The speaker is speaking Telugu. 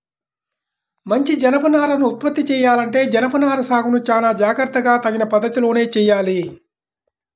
మంచి జనపనారను ఉత్పత్తి చెయ్యాలంటే జనపనార సాగును చానా జాగర్తగా తగిన పద్ధతిలోనే చెయ్యాలి